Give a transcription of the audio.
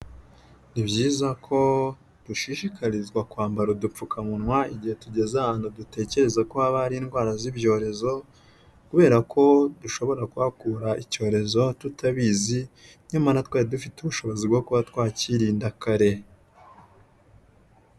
Ni byiza ko dushishikarizwa kwambara udupfukamunwa igihe tugeze ahantu dutekereza ko haba ari indwara z'ibyorezo kubera ko dushobora kuhakura icyorezo tutabizi nyamara twari dufite ubushobozi bwo kuba twakirinda kare.